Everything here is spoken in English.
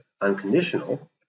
unconditional